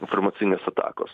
informacinės atakos